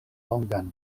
longan